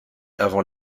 avant